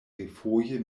refoje